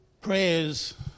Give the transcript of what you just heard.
prayers